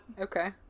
Okay